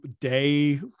day